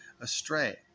astray